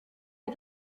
est